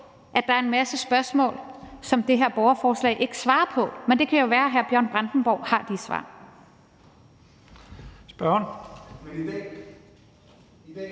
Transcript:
at der er en masse spørgsmål, som det her borgerforslag ikke svarer på, men det kan jo være, hr. Bjørn Brandenborg har de svar.